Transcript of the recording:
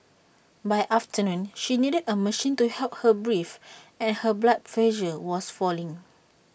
by afternoon she needed A machine to help her breathe and her blood pressure was falling